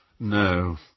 No